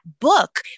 book